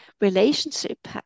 relationship